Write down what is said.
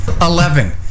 Eleven